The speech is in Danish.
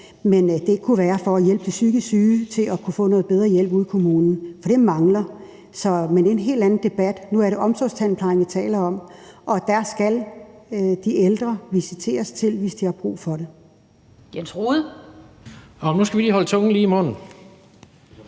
men det kunne være for at hjælpe de psykisk syge til at kunne få noget bedre hjælp ude i kommunen. For det mangler. Men det er jo en helt anden debat. Nu er det omsorgstandplejen, vi taler om, og det skal de ældre visiteres til, hvis de har brug for det. Kl. 17:26 Den fg. formand (Annette Lind): Jens